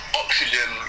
oxygen